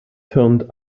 turned